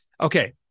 okay